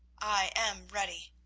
i am ready.